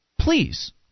please